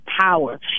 power